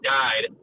died